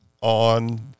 on